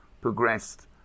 progressed